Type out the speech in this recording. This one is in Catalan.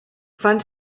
fan